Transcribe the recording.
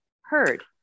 heard